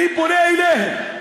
אני פונה אליה: